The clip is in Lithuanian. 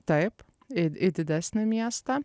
taip ir į didesnį miestą